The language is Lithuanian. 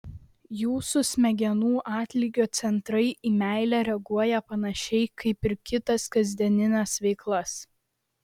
jūsų smegenų atlygio centrai į meilę reaguoja panašiai kaip ir kitas kasdienines veiklas